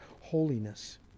holiness